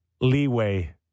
leeway